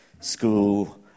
school